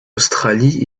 australie